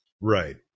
Right